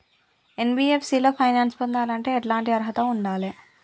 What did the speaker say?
NBFC లో finance పొందాలంటే ఎట్లాంటి అర్హత ఉండాలే?